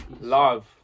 love